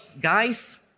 guys